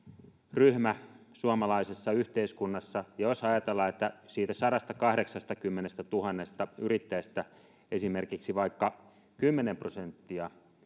ryhmä suomalaisessa yhteiskunnassa jos ajatellaan että siitä sadastakahdeksastakymmenestätuhannesta yrittäjästä esimerkiksi kymmenen prosenttia